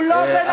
משפט סיכום.